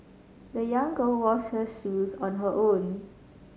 the young girl washed her shoes on her own